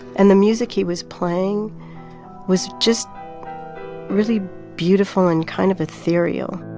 and the music he was playing was just really beautiful and kind of ethereal